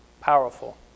powerful